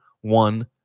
one